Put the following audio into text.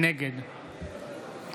נגד